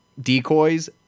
decoys